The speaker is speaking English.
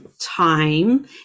time